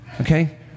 okay